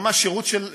ממש שירות של העירייה.